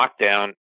lockdown